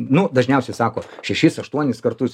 nu dažniausiai sako šešis aštuonis kartus